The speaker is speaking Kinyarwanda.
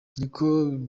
niko